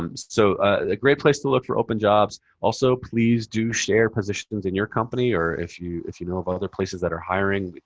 um so a great place to look for open jobs. also, please do share positions in your company, or if you if you know of other places that are hiring.